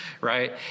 Right